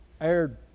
aired